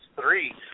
three